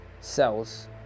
cells